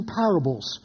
parables